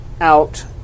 out